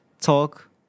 talk